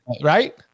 right